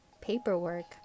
paperwork